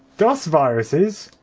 dos viruses,